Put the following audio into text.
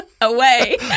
away